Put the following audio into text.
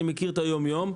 אני מכיר את היום-יום.